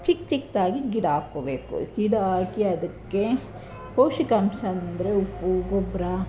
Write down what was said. ಚಿಕ್ಕ ಚಿಕ್ಕದಾಗಿ ಗಿಡ ಹಾಕೊಳ್ಬೇಕು ಗಿಡ ಹಾಕಿ ಅದಕ್ಕೆ ಪೌಷ್ಟಿಕಾಂಶ ಅಂದರೆ ಉಪ್ಪು ಗೊಬ್ಬರ